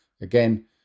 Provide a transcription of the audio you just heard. Again